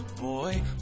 Boy